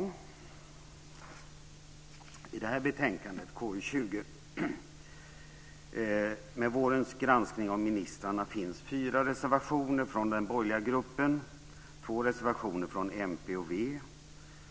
Fru talman! I betänkandet KU20 med vårens granskning av ministrarna finns fyra reservationer från den borgerliga gruppen, två reservationer från mp och v